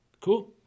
Cool